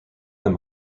than